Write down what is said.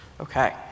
Okay